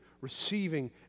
receiving